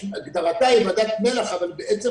הגדרתה היא ועדת מל"ח אבל בעצם